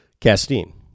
Castine